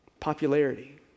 Popularity